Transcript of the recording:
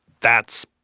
that's